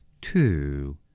two